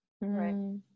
right